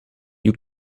you